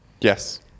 yes